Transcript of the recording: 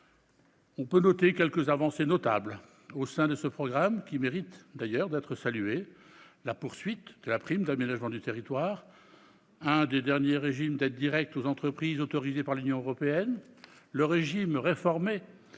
112. Quelques avancées notables au sein de ce même programme méritent cependant d'être saluées : le maintien de la prime d'aménagement du territoire, un des derniers régimes d'aide directe aux entreprises autorisés par l'Union européenne, le régime réformé